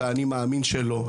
את האני מאמין שלו,